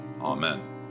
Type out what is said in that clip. Amen